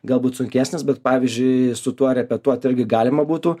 galbūt sunkesnis bet pavyzdžiui su tuo repetuot irgi galima būtų